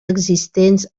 existents